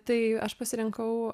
tai aš pasirinkau